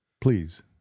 Please